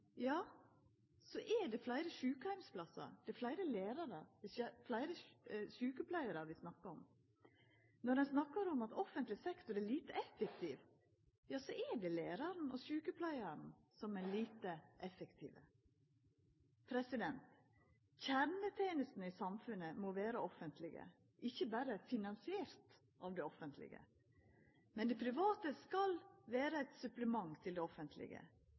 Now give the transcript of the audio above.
ja, så er det fleire sjukeheimsplassar, fleire lærarar, fleire sjukepleiarar vi snakkar om. Når ein snakkar om at offentleg sektor er lite effektiv, ja, så er det læraren og sjukepleiaren som er lite effektive. Kjernetenestene i samfunnet må vera offentlege, ikkje berre finansierte av det offentlege. Men det private skal vera eit supplement til det offentlege,